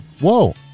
Whoa